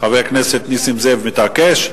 חבר הכנסת נסים זאב מתעקש?